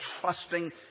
trusting